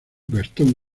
gastón